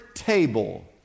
Table